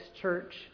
Church